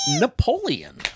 Napoleon